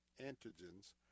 antigens